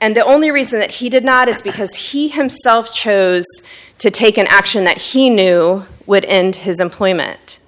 and the only reason that he did not is because he himself chose to take an action that he knew would end his employment